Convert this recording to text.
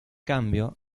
cambio